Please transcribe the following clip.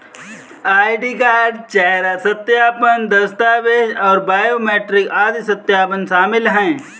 ID card, चेहरा सत्यापन, दस्तावेज़ और बायोमेट्रिक आदि सत्यापन शामिल हैं